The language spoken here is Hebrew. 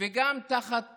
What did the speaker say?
וגם תחת